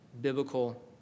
biblical